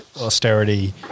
austerity